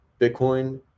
Bitcoin